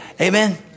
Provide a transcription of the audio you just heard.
Amen